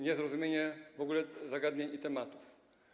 Niezrozumienie w ogóle zagadnień i tematów.